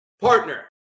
partner